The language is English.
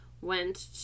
went